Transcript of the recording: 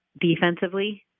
defensively